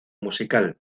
musical